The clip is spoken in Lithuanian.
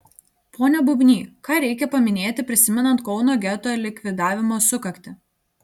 pone bubny ką reikia paminėti prisimenant kauno geto likvidavimo sukaktį